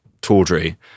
tawdry